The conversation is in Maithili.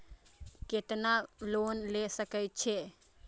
केतना लोन ले सके छीये?